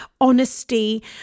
honesty